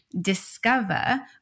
discover